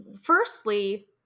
Firstly